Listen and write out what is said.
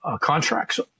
contracts